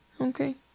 Okay